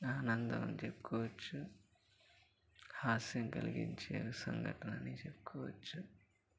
ఆనందం అని చెప్పుకోవచ్చు హాస్యం కలిగించే సంఘటన అని చెప్పుకోవచ్చు